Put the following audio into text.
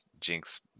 Jinx